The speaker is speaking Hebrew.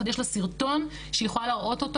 אז יש לה סרטון שהיא יכולה להראות אותו